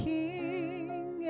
King